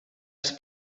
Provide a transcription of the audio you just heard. els